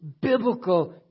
biblical